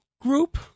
group